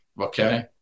Okay